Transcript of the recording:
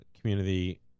community